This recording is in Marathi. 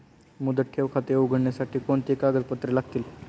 मुदत ठेव खाते उघडण्यासाठी कोणती कागदपत्रे लागतील?